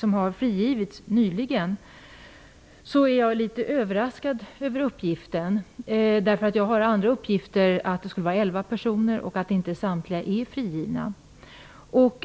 nyligen har frigivits. Jag är litet överraskad över statsrådets uppgift. Jag har nämligen fått uppgiften att det skulle röra sig om elva personer och att inte samtliga är frigivna.